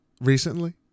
recently